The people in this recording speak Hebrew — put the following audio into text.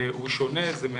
הוא שונה, זה של